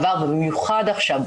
אבל במיוחד עכשיו,